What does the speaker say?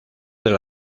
del